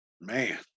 man